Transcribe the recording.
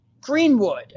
Greenwood